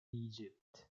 egypt